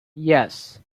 yes